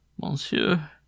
Monsieur